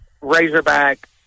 Razorback